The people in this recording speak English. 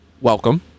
welcome